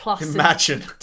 Imagine